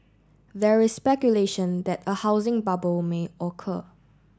there is speculation that a housing bubble may occur